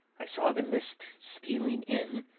i saw the mist stealing in,